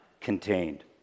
contained